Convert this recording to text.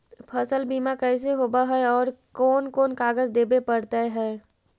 फसल बिमा कैसे होब है और कोन कोन कागज देबे पड़तै है?